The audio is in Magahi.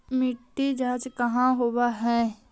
मिट्टी जाँच कहाँ होव है?